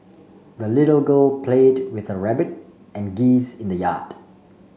the little girl played with her rabbit and geese in the yard